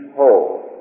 whole